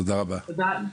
תודה רבה לך.